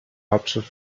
hauptstadt